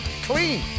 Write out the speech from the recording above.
clean